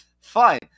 fine